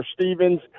Stevens